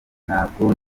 ntabwo